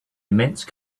immense